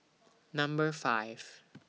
Number five